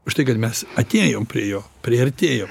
už tai kad mes atėjom prie jo priartėjom